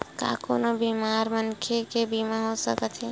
का कोनो बीमार मनखे के बीमा हो सकत हे?